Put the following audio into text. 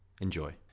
Enjoy